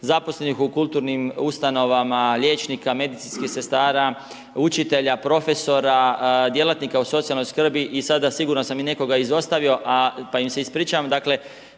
zaposlenih u kulturnim ustanovama, liječnika, medicinskih sestara učitelja, profesora, djelatnika u socijalnoj skrbi i sada sigurno sam i nekoga izostavio, pa im se ispričavam,